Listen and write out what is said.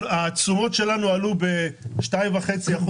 התשואות שלנו עלו ב-2.5%",